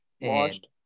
Washed